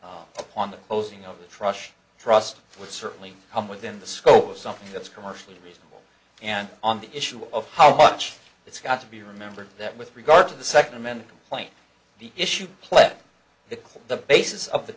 fee on the closing of the trust trust would certainly come within the scope of something that's commercially reasonable and on the issue of how much it's got to be remembered that with regard to the second amendment point the issue plenty because the basis of the